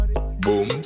boom